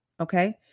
okay